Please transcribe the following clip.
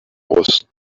was